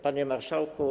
Panie Marszałku!